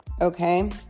okay